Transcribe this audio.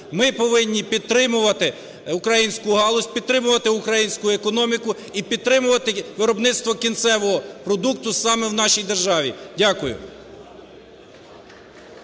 Ми повинні підтримувати українську галузь, підтримувати українську економіку і підтримувати виробництво кінцевого продукту саме в нашій державі. Дякую.